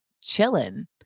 chilling